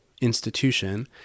institution